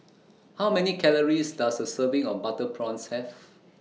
How Many Calories Does A Serving of Butter Prawns Have